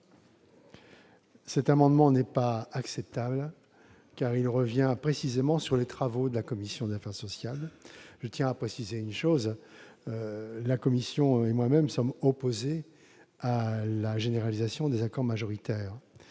L'amendement n° 191 n'est pas acceptable, car il tend précisément à revenir sur les travaux de la commission des affaires sociales. Je tiens à préciser un point : la commission et moi-même sommes opposés à la généralisation des accords majoritaires,